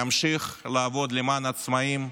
אמשיך לעבוד למען העצמאים,